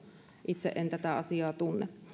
itse en tätä asiaa tunne